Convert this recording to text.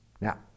Now